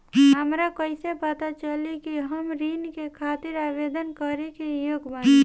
हमरा कइसे पता चली कि हम ऋण के खातिर आवेदन करे के योग्य बानी?